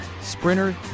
sprinter